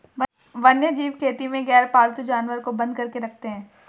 वन्यजीव खेती में गैरपालतू जानवर को बंद करके रखते हैं